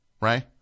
Right